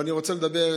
אבל אני רוצה לדבר,